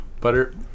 Butter